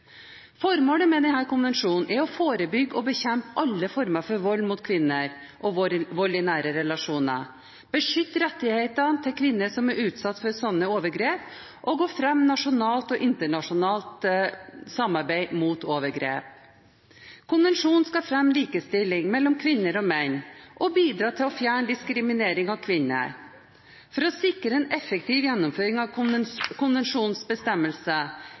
Formålet med denne konvensjonen er å forebygge og bekjempe alle former for vold mot kvinner og vold i nære relasjoner, beskytte rettighetene til kvinner som er utsatt for slike overgrep, og å fremme nasjonalt og internasjonalt samarbeid mot overgrep. Konvensjonen skal fremme likestilling mellom kvinner og menn og bidra til å fjerne diskriminering av kvinner. For å sikre en effektiv gjennomføring av konvensjonens